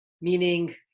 meaning